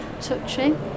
touching